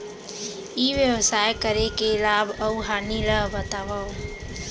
ई व्यवसाय करे के लाभ अऊ हानि ला बतावव?